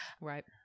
right